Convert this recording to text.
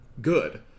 good